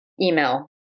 email